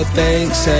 thanks